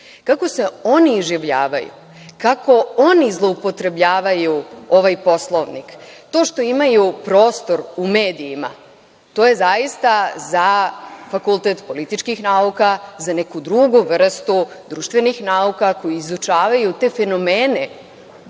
Kako se oni oživljavaju, kako oni zloupotrebljavaju ovaj Poslovnik, to što imaju prostor u medijima, to je zaista za Fakultet političkih nauka, za neku drugu vrstu društvenih nauka koje izučavaju te fenomene